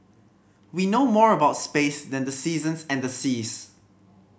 we know more about space than the seasons and the seas